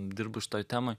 dirbu šitoj temoj